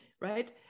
Right